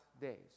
days